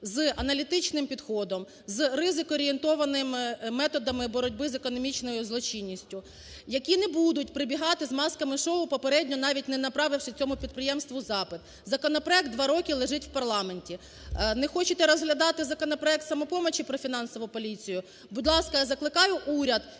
з аналітичним підходом, зризикорієнтованими методами боротьби з економічною злочинністю, які не будуть прибігати з "масками-шоу" попередньо навіть не направивши цьому підприємству запит. Законопроект два роки лежить в парламенті. Не хочете розглядати законопроект "Самопомочі" про фінансову поліцію, будь ласка, закликаю уряд